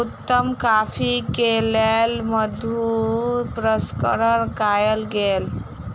उत्तम कॉफ़ी के लेल मधु प्रसंस्करण कयल गेल